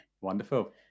Wonderful